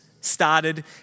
started